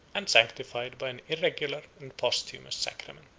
and sanctified by an irregular and posthumous sacrament.